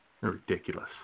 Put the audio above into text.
ridiculous